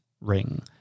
ring